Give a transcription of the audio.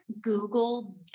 Google